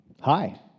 Hi